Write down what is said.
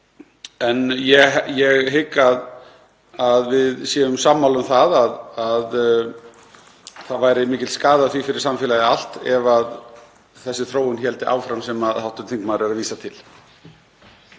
En ég hygg að við séum sammála um að það væri mikill skaði að því fyrir samfélagið allt ef þessi þróun héldi áfram sem hv. þingmaður er að vísa til.